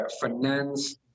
finance